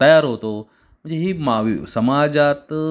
तयार होतो म्हणजे ही मा वि समाजात